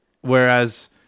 whereas